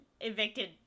evicted